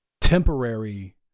temporary